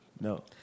No